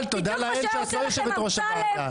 תודה לאל שאת לא יושבת-ראש הוועדה.